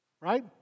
right